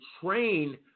train